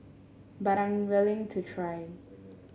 but I'm willing to try